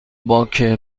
باک